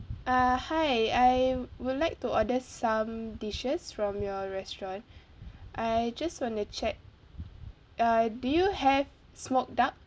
uh hi I would like to order some dishes from your restaurant I just want to check uh do you have smoked duck